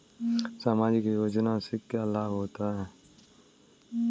सामाजिक योजना से क्या क्या लाभ होते हैं?